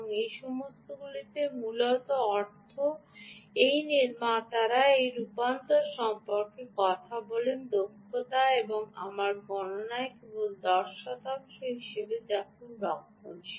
এই সমস্তগুলির মূলত অর্থ এই নির্মাতারা এই রূপান্তর সম্পর্কে কথা বলেন দক্ষতা এবং আমার গণনায় আমি কেবল 10 শতাংশ নিয়েছি যা খুব রক্ষণশীল